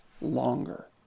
longer